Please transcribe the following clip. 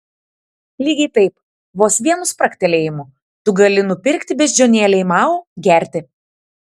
lygiai taip vos vienu spragtelėjimu tu gali nupirkti beždžionėlei mao gerti